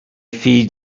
feed